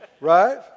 Right